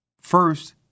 First